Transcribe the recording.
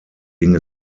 ging